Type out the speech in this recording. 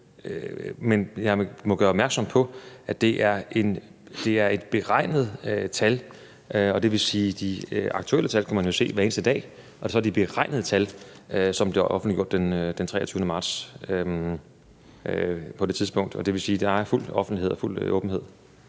men jeg må gøre opmærksom på, at det er et beregnet tal. Det vil sige, at man jo kunne se de aktuelle tal hver eneste dag. Så det var de beregnede tal, som blev offentliggjort den 23. marts, og det vil sige, at der var fuld offentlighed og fuld åbenhed.